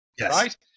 right